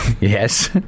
Yes